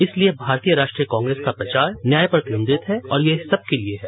इसलिए भारतीय राष्ट्रीय कांग्रेस का प्रचार न्याय पर केन्द्रित है और ये सबके लिए है